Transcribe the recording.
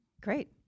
great